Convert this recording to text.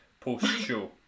post-show